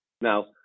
Now